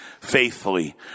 faithfully